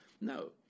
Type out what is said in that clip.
No